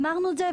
אמרנו את זה,